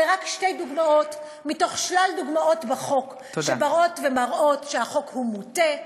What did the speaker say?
אלה רק שתי דוגמאות מתוך שלל דוגמאות בחוק שבאות ומראות שהחוק הוא מוטה,